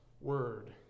word